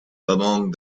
among